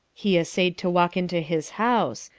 he essayed to walk into his house.